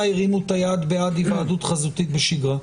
הרימו את היד בעד היוועדות חזותית בשגרה.